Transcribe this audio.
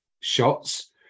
shots